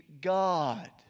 God